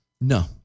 No